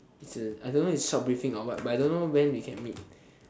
so I don't know if it's short briefing or what but I don't know when we can meet